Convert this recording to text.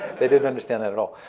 they didn't understand that at all.